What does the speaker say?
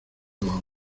agua